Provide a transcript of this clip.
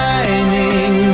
Shining